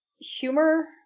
humor